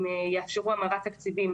אם יאפשרו המרת תקציבים,